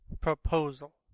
proposal